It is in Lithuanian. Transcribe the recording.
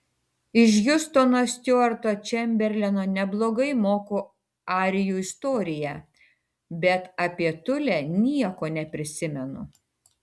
iš hiustono stiuarto čemberleno neblogai moku arijų istoriją bet apie tulę nieko neprisimenu